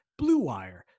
Bluewire